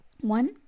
one